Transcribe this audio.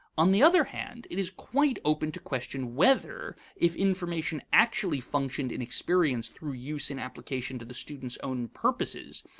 on the other hand, it is quite open to question whether, if information actually functioned in experience through use in application to the student's own purposes,